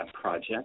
project